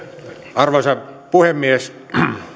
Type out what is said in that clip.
arvoisa puhemies